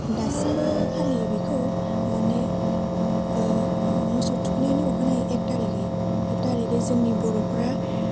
दासिमबो फालियो बेखौ मानि मोसौ थुखैनायनि अखानायै एक थारिगै एक थारिगै जोंनि बर'फोरा